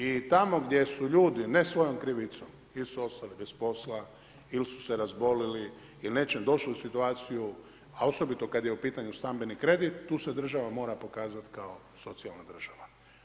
I tamo gdje su ljudi ne svojom krivicom ili su ostali bez posla, ili su se razbolili, ili došli u situaciju, a osobito kada je pitanju stambeni kredit tu se država mora pokazati kao socijalna država.